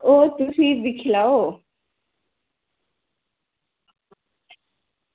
ओह् फ्ही तुस दिक्खी लैओ